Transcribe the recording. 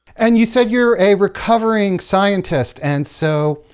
and, you said you're a recovering scientist, and so,